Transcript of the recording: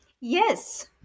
Yes